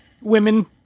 women